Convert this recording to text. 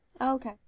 Okay